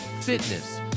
fitness